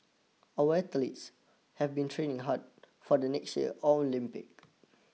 our athletes have been training hard for the next year Olympics